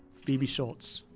phoebe schultz.